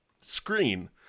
screen